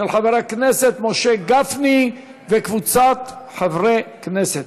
של חבר הכנסת משה גפני וקבוצת חברי הכנסת.